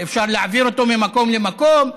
שאפשר להעביר אותו ממקום למקום,